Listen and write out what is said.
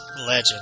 legend